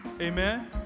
amen